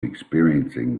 experiencing